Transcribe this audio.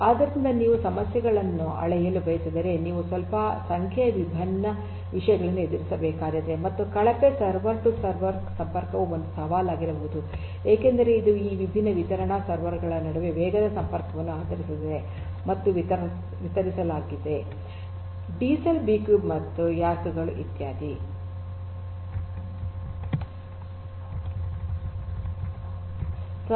ಆದ್ದರಿಂದ ನೀವು ಸಮಸ್ಯೆಗಳನ್ನು ಅಳೆಯಲು ಬಯಸಿದರೆ ನೀವು ಅಲ್ಪ ಸಂಖ್ಯೆಯ ವಿಭಿನ್ನ ವಿಷಯಗಳನ್ನು ಎದುರಿಸಬೇಕಾಗುತ್ತದೆ ಮತ್ತು ಕಳಪೆ ಸರ್ವರ್ ಟು ಸರ್ವರ್ ಸಂಪರ್ಕವು ಒಂದು ಸವಾಲಾಗಿರಬಹುದು ಏಕೆಂದರೆ ಇದು ಈ ವಿಭಿನ್ನ ವಿತರಣಾ ಸರ್ವರ್ ಗಳ ನಡುವೆ ವೇಗದ ಸಂಪರ್ಕವನ್ನು ಆಧರಿಸಿದೆ ಮತ್ತು ವಿತರಿಸಲಾಗಿದೆ ಡಿಸೆಲ್ ಬಿಕ್ಯೂಬ್ ಮತ್ತು ರ್ಯಾಕ್ ಇತ್ಯಾದಿಗಳು